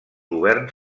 governs